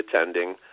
attending